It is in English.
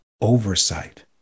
oversight